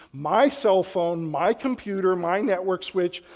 my cellphone, my computer, my network switch.